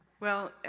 well,